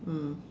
mm